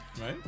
Right